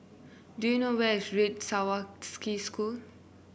do you know where is Red Swastika School